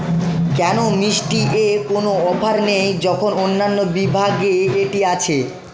কেন মিষ্টি এ কোনো অফার নেই যখন অন্যান্য বিভাগে এটি আছে